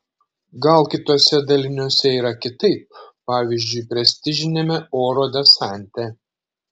gal kituose daliniuose yra kitaip pavyzdžiui prestižiniame oro desante